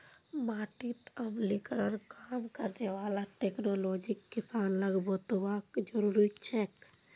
माटीत अम्लीकरण कम करने वाला टेक्नोलॉजी किसान लाक बतौव्वा जरुरी छेक